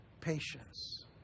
patience